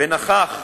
ונכח,